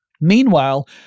Meanwhile